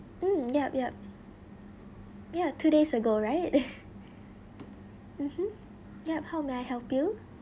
mm yup yup ya two days ago right mmhmm yup how may I help you